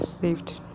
saved